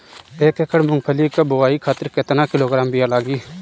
एक एकड़ मूंगफली क बोआई खातिर केतना किलोग्राम बीया लागी?